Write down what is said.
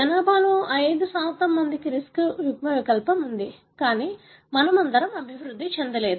జనాభాలో 5 మందికి రిస్క్ యుగ్మవికల్పం ఉంది కానీ మనమందరం అభివృద్ధి చెందలేదు